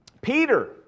Peter